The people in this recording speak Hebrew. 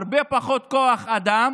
הרבה פחות כוח אדם